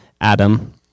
Adam